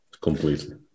completely